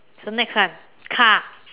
so next one car